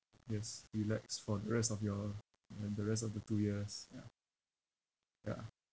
yes relax for the rest of your and the rest of the two years ya ya